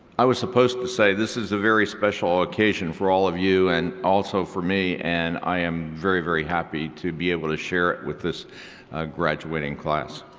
i was suppose to say this is a very special occasion for all of you and also for me and i am very, very happy to be able to share it with this graduating class.